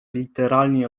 literalnie